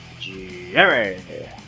Jerry